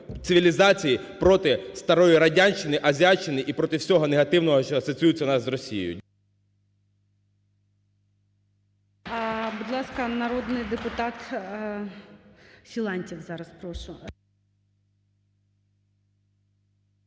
цивілізації проти старої радянщини, азіатчини і проти всього негативного, що асоціюється у нас з Росією.